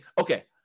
okay